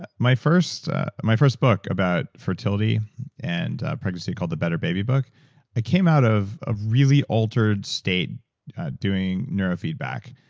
my first my first book, about fertility and pregnancy, called the better baby book, it came out of of really altered state doing neurofeedback,